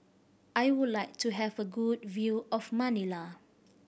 I would like to have a good view of Manila